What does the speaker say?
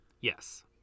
Yes